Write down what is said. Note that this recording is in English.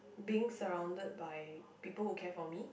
being surrounded by people who care for me